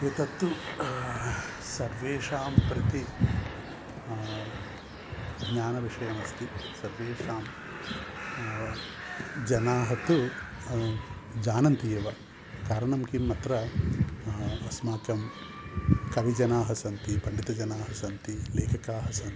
एतत्तु सर्वेषां प्रति ज्ञानविषयमस्ति सर्वेषां जनाः तु जानन्ति एव कारणं किम् अत्र अस्माकं कविजनाः सन्ति पण्डितजनाः सन्ति लेखकाः सन्ति